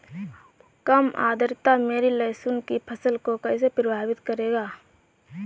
कम आर्द्रता मेरी लहसुन की फसल को कैसे प्रभावित करेगा?